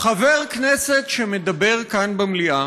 חבר כנסת שמדבר כאן במליאה